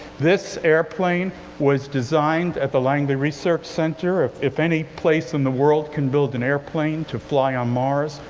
this airplane was designed at the langley research center. if if any place in the world can build an airplane to fly on mars,